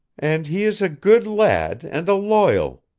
and he is a good lad and a loyal,